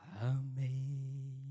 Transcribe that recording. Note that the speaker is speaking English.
Amazing